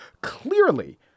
Clearly